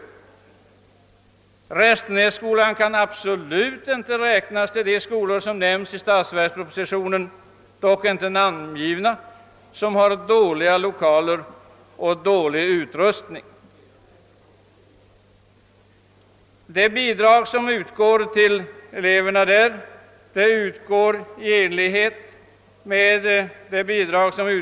Restenässkolan kan absolut inte räknas till de icke namngivna skolor om vilka det i statsverkspropositionen sägs att de har dåliga lokaler och dålig utrustning. Statsbidrag utgår till eleverna på skolan med 6:50 kr.